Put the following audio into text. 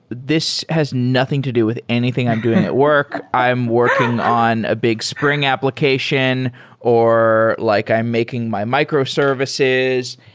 this has nothing to do with anything i'm doing at work. i'm working on a big spring application or like i'm making my microservices.